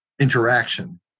interaction